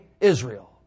Israel